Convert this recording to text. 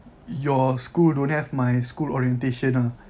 your school don't have my school orientation ah